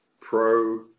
pro